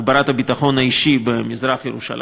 הגברת הביטחון האישי במזרח-ירושלים,